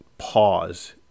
pause